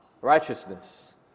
righteousness